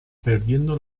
perdiendo